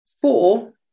four